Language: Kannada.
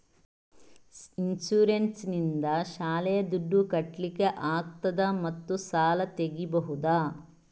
ಇನ್ಸೂರೆನ್ಸ್ ನಿಂದ ಶಾಲೆಯ ದುಡ್ದು ಕಟ್ಲಿಕ್ಕೆ ಆಗ್ತದಾ ಮತ್ತು ಸಾಲ ತೆಗಿಬಹುದಾ?